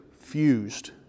fused